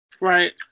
right